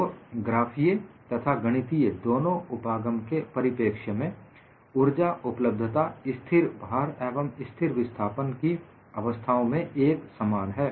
तो ग्राफीय तथा गणितीय दोनों उपागम के परिपेक्ष्य में उर्जा उपलब्धता स्थिर भार एवं स्थिर विस्थापन की अवस्थाओं में एक समान है